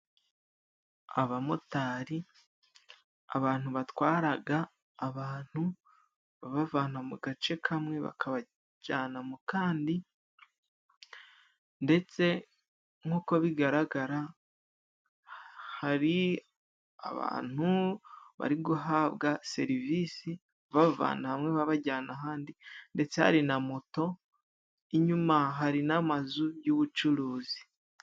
Abamotari, abantu batwaraga abantu babavana mu gace kamwe bakabajana mu kandi. Ndetse nkuko bigaragara hari abantu bari guhabwa serivisi, babavana hamwe babajyana ahandi. Ndetse hari na moto inyuma hari n'amazu y'ubucuruzi.